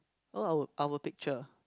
oh our our picture